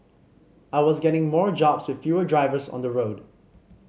I was getting more jobs with fewer drivers on the road